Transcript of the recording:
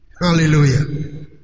Hallelujah